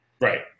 Right